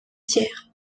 thiers